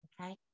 Okay